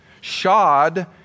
shod